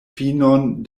finon